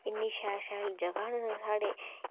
इन्नी शैल शैल जगहां न साढ़ै